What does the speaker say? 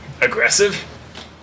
aggressive